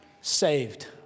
saved